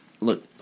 Look